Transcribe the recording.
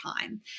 time